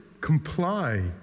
comply